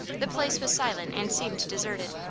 the place was silent and seemed deserted.